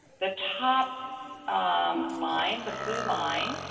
the top um line, the blue line,